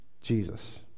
Jesus